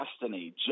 destiny